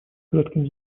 кратким